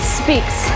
speaks